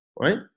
right